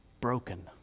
broken